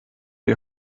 die